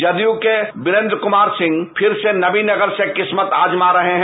जदयू के वीरेंद्र कुमार सिंह फिर से नवीनगर से किस्मत आजमा रहे हैं